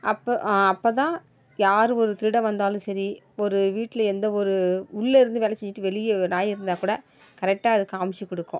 அப்போ அப்போ தான் யார் ஒரு திருடன் வந்தாலும் சரி ஒரு வீட்டில் எந்த ஒரு உள்ளே இருந்து வேலை செஞ்சுட்டு வெளியே நாய் இருந்தால்க்கூட கரெக்டாக அது காமிச்சி கொடுக்கும்